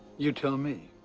you tell me.